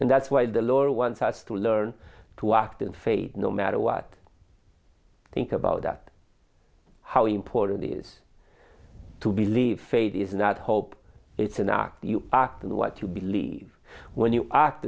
and that's why the lord wants us to learn to act in faith no matter what i think about that how important is to believe faith is not hope it's an act you act and what you believe when you act